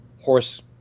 horse